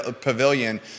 Pavilion